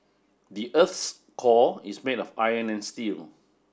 the earth's core is made of iron and steel